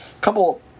Couple